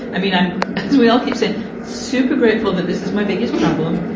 i mean, i'm we we'll keep saying super grateful that this is my biggest problem.